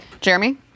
Jeremy